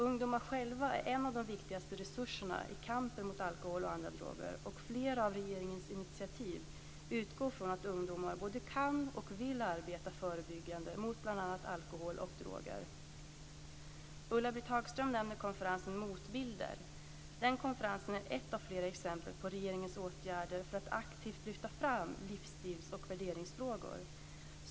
Ungdomar själva är en av de viktigaste resurserna i kampen mot alkohol och andra droger, och flera av regeringens initiativ utgår från att ungdomar både kan och vill arbeta förebyggande mot bl.a. alkohol och droger. Ulla-Britt Hagström nämner konferensen Motbilder. Den konferensen är ett av flera exempel på regeringens åtgärder för att aktivt lyfta fram livsstils och värderingsfrågor.